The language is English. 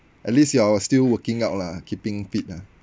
at least you're still working out lah keeping fit lah